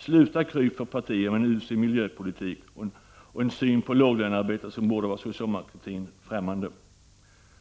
Sluta kryp för partier med en usel miljöpolitik och en syn på låglönearbetare som borde vara socialdemokratin främmande!